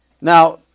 Now